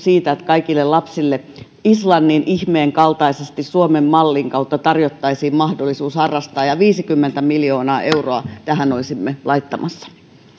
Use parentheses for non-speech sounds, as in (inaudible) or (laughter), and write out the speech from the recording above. (unintelligible) siitä että kaikille lapsille islannin ihmeen kaltaisesti suomen mallin kautta tarjottaisiin mahdollisuus harrastaa ja viisikymmentä miljoonaa euroa tähän olisimme laittamassa